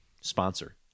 sponsor